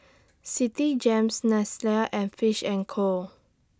Citigems Nestle and Fish and Co